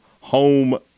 Home